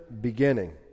Beginning